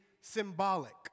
symbolic